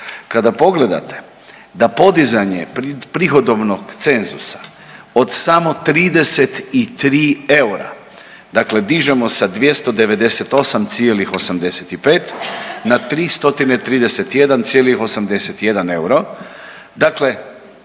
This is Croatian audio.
Kada pogledate da podizanje prihodovnog cenzusa od samo 33 eura, dakle dižemo sa 298,85 na 331,81 euro, dakle